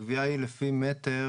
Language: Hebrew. הגבייה היא לפי מטר